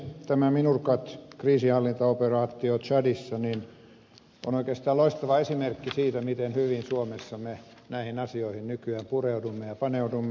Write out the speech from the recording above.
tämä minurcat kriisinhallintaoperaatio tsadissa on oikeastaan loistava esimerkki siitä miten hyvin suomessa me näihin asioihin nykyään pureudumme ja paneudumme